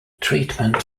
treatment